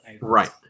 Right